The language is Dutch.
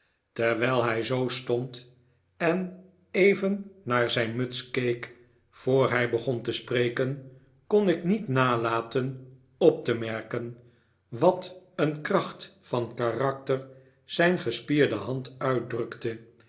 terwijl hij zoo stond en even naar zijn muts keek voor hij begon te spreken kon ik niet nalaten op te merken wat een kracht van karakter zijn gespierde hand uitdrukte